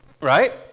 right